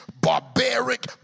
barbaric